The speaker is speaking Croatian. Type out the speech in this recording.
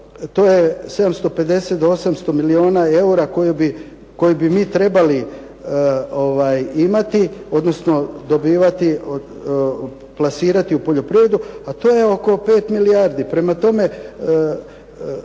to je 750 do 800 milijuna eura koje bi mi trebali imati, odnosno dobivati, plasirati u poljoprivredu, a to je oko 5 milijardi.